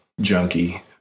junkie